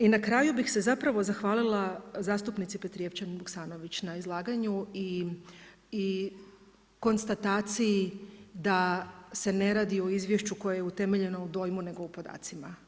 I na kraju bih se zapravo zahvalila zastupnici Petrijevčanin-Vuksanović na izlaganju i konstataciji da se ne radi o izvješću koje je utemeljeno u dojmu nego u podacima.